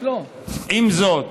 עם זאת,